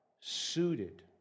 suited